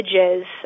images